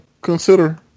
consider